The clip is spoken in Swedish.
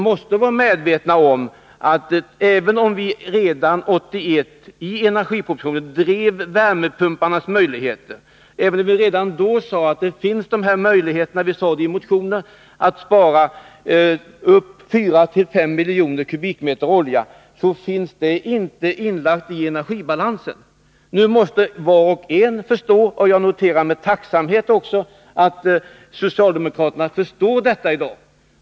Även om vi redan 1981 i energipropositionen framhävde värmepumpsteknikens möjligheter, även om vi redan då i motioner sade att det finns möjlighet att spara 4-5 miljoner m? olja, finns detta inte inlagt i energibalansen. Det måste vi vara medvetna om. Jag noterar med tacksamhet att socialdemokraterna förstår detta i dag.